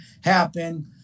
happen